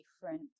different